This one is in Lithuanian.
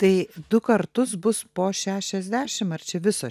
tai du kartus bus po šešiasdešim ar čia viso